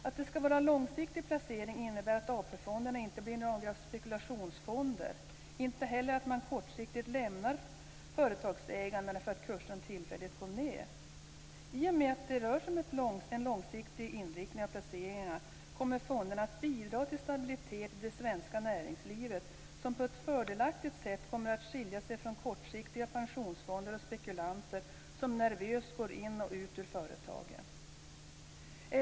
Att det ska vara långsiktig placering innebär att AP-fonderna inte blir några spekulationsfonder, inte heller att man kortsiktigt lämnar företagsägande för att kurserna tillfälligt går ned. I och med att det rör sig om en långsiktig inriktning av placeringarna kommer fonderna att bidra till stabilitet i det svenska näringslivet, som på ett fördelaktigt sätt kommer att skilja sig från kortsiktiga pensionsfonder och spekulanter som nervöst går in i och ut ur företagen.